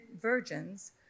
virgins